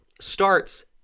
starts